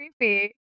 creepy